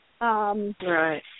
Right